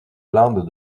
lande